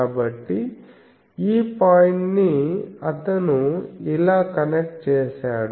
కాబట్టి ఈ పాయింట్ ని అతను ఇలా కనెక్ట్ చేసాడు